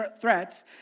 threats